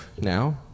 now